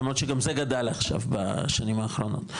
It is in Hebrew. למרות שגם זה גדל עכשיו בשנים האחרונות,